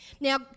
Now